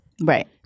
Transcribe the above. Right